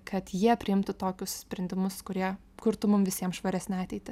kad jie priimtų tokius sprendimus kurie kurtų mum visiem švaresnę ateitį